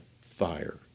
fire